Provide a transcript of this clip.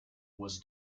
was